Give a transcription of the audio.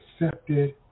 accepted